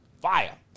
Fire